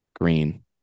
green